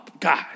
guys